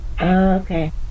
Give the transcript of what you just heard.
Okay